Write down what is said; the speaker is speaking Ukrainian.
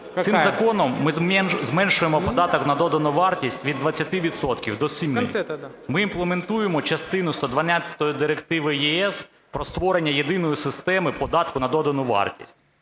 Цим законом ми зменшуємо податок на додану вартість від 20 відсотків до 7. Ми імплеменуємо частину 112 Директиви ЄС про створення єдиної системи податку на додану вартість.